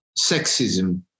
sexism